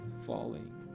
falling